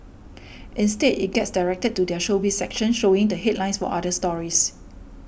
instead it gets directed to their Showbiz section showing the headlines for other stories